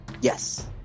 Yes